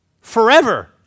Forever